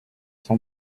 son